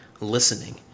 listening